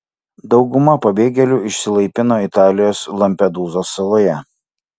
dauguma pabėgėlių išsilaipino italijos lampedūzos saloje